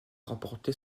remporté